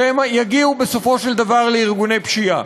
שמא יגיעו בסופו של דבר לארגוני פשיעה.